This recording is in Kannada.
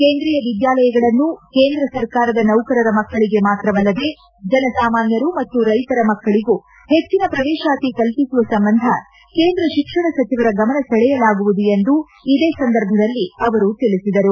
ಕೇಂದ್ರಿಯ ವಿದ್ಯಾಲಯಗಳನ್ನು ಕೇಂದ್ರ ಸರ್ಕಾರದ ನೌಕರರ ಮಕ್ಕಳಿಗೆ ಮಾತ್ರವಲ್ಲದೇ ಜನಸಾಮಾನ್ವರು ಮತ್ತು ರೈತರ ಮಕ್ಕಳಗೂ ಹೆಚ್ಚಿನ ಪ್ರವೇಶಾತಿ ಕಲ್ಪಿಸುವ ಸಂಬಂಧ ಕೇಂದ್ರ ಶಿಕ್ಷಣ ಸಚಿವರ ಗಮನಸೆಳೆಯಲಾಗುವುದು ಎಂದು ಇದೇ ಸಂದರ್ಭದಲ್ಲಿ ಅವರು ತಿಳಿಸಿದರು